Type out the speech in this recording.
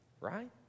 Right